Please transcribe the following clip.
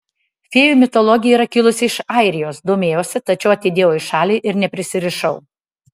fėjų mitologija yra kilusi iš airijos domėjausi tačiau atidėjau į šalį ir neprisirišau